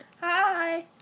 Hi